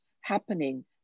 happening